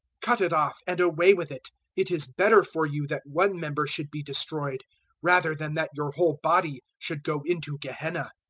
cut it off and away with it it is better for you that one member should be destroyed rather than that your whole body should go into gehenna.